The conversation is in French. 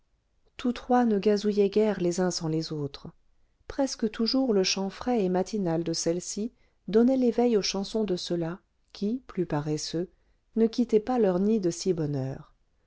tous trois ne gazouillaient guère les uns sans les autres presque toujours le chant frais et matinal de celle-ci donnait l'éveil aux chansons de ceux-là qui plus paresseux ne quittaient pas leur nid de si bonne